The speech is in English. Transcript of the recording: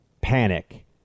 panic